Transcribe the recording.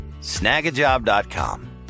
Snagajob.com